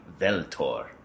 Veltor